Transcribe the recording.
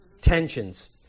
tensions